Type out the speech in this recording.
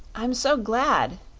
i'm so glad!